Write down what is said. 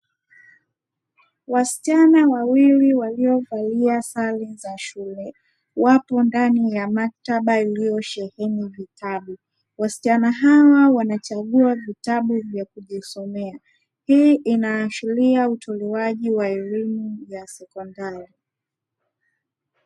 Wasichana wawili waliovalia sare za shule, wapo ndani ya maktaba iliyosheheni vitabu, wasichana hawa wanachagua vitabu vya kujisomea, hii inaashiria utolewaji wa elimu ya sekondari.